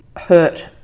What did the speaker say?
hurt